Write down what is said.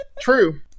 True